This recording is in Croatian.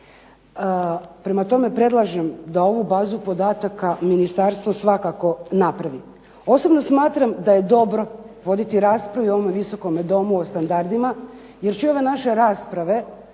Prema tome predlažem da ovu bazu podataka ministarstvo svakako napravi. Osobno smatram da je dobro voditi raspravu i u ovome Visokome domu o standardima, jer će i ove naše rasprave